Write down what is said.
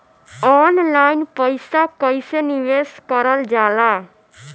Online पईसा कईसे निवेश करल जाला?